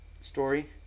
story